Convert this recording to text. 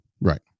right